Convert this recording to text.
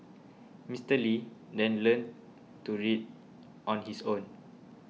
Mister Lee then learnt to read on his own